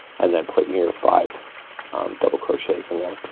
and then putting your five, um double crochets in there.